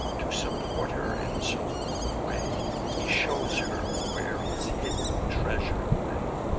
to support her in so long a way, he shows her where his hidden treasure lay.